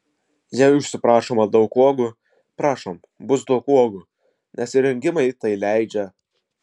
jei užsiprašoma daug uogų prašom bus daug uogų nes įrengimai tai leidžia